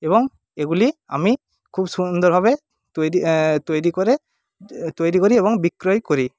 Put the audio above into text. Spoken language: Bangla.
এবং এগুলি আমি খুব সুন্দরভাবে তৈরি তৈরি করে তৈরি করি এবং বিক্রয় করি